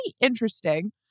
interesting